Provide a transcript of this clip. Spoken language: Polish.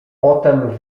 potem